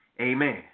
Amen